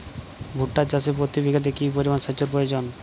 ভুট্টা চাষে প্রতি বিঘাতে কি পরিমান সেচের প্রয়োজন?